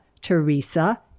Teresa